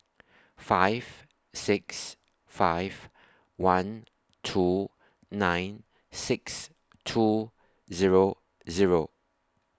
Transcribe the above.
five six five one two nine six two Zero Zero